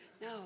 No